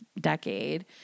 decade